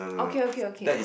okay okay okay